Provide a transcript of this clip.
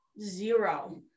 Zero